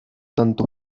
tanto